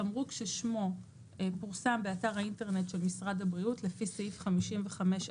תמרוק ששמו פורסם באתר האינטרנט של משרד הבריאות לפי סעיף 55א11(ג)